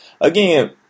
Again